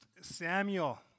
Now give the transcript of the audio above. Samuel